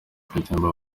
pletnyova